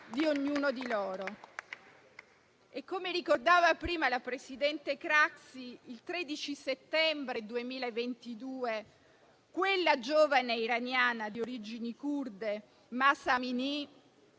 di ognuno di loro. Come ricordava prima il presidente Craxi, il 13 settembre 2022 quella giovane iraniana di origini curde Mahsa Amini